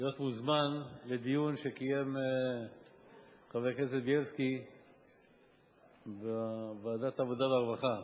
להיות מוזמן לדיון שקיים חבר הכנסת בילסקי בוועדת העבודה והרווחה